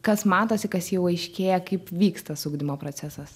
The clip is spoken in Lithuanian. kas matosi kas jau aiškėja kaip vyks tas su ugdymo procesas